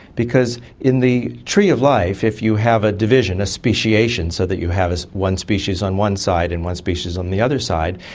because in the tree of life, if you have a division, a speciation, so that you have one species on one side and one species on the other side,